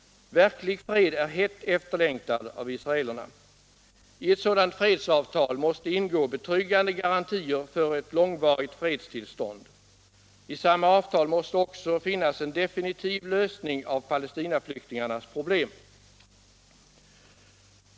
Verklig fred är hett efterlängtad av israelerna. I ett sådant fredsavtal måste ingå betryggande garantier för ett långvarigt fredstillstånd. I samma avtal måste också finnas en definitiv lösning av Palestinaflyktingarnas problem.